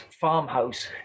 farmhouse